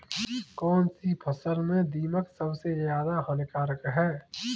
कौनसी फसल में दीमक सबसे ज्यादा हानिकारक है?